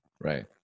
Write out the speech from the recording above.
Right